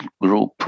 group